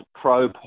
pro